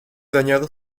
dañado